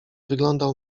wyglądał